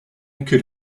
could